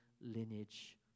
lineage